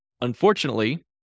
Unfortunately